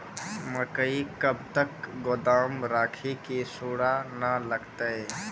मकई कब तक गोदाम राखि की सूड़ा न लगता?